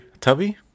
Tubby